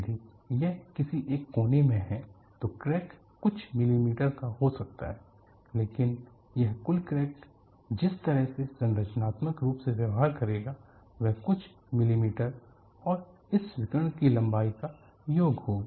यदि यह किसी एक कोने में है तो क्रैक कुछ मिलीमीटर का हो सकता है लेकिन यह कुल क्रैक जिस तरह से संरचनात्मक रूप से व्यवहार करेगा वह कुछ मिलीमीटर और इस विकर्ण की लंबाई का योग होगी